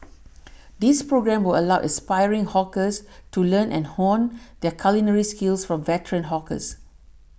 this programme will allow aspiring hawkers to learn and hone their culinary skills from veteran hawkers